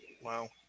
wow